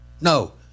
No